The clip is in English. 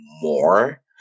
more